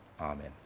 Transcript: Amen